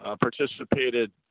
participated